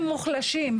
הם מוחלשים,